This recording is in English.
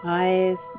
eyes